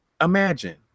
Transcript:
imagine